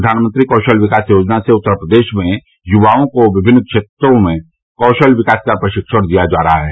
प्रधानमंत्री कौशल विकास योजना से उत्तर प्रदेश में युवाओं को विभिन्न क्षेत्रों में कौशल विकास का प्रशिक्षण दिया जा रहा है